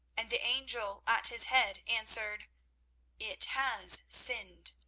and the angel at his head answered it has sinned.